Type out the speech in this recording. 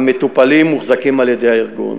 המטופלים ומוחזקים על-ידי הארגון.